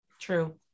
True